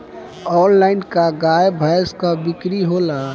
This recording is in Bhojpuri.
आनलाइन का गाय भैंस क बिक्री होला?